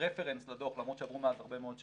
כרפרנס לדוח, למרות שעברו מאז הרבה מאוד שנים.